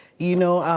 you know,